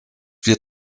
wird